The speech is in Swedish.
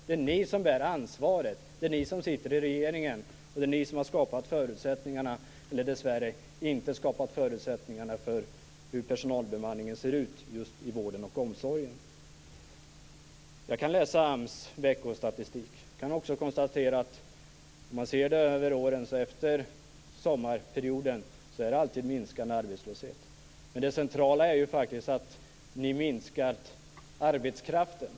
Det är ni som bär ansvaret. Det är ni som sitter i regeringen, och det är ni som har skapat förutsättningarna - eller dessvärre inte skapat förutsättningarna - för personalbemanningen just i vården och omsorgen. Jag kan läsa AMS veckostatistik. Jag kan också konstatera att om man ser det över åren är det alltid minskande arbetslöshet efter sommarperioden. Men det centrala är att ni har minskat på arbetskraften.